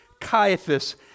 Caiaphas